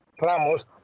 Ramos